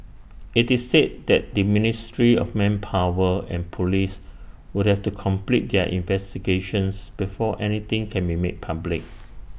IT is said that the ministry of manpower and Police would have to complete their investigations before anything can be made public